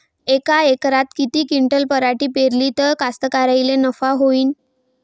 यका एकरात किती क्विंटल पराटी पिकली त कास्तकाराइले नफा होईन?